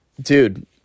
dude